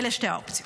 אלה שתי האופציות.